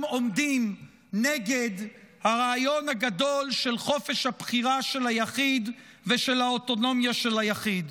עומדים נגד הרעיון הגדול של חופש הבחירה של היחיד ושל האוטונומיה של היחיד.